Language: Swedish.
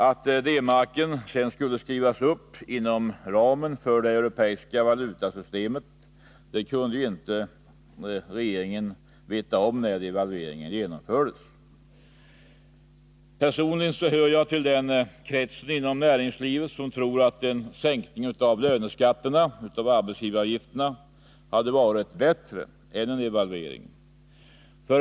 Att D-marken sedan skulle skrivas upp inom ramen för det europeiska valutasystemet kunde regeringen inte veta om när devalveringen genomfördes. Personligen hör jag till den stora krets inom näringslivet som tror att en sänkning av löneskatterna, av arbetsgivaravgifterna, hade varit betydligt bättre än en devalvering.